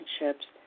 relationships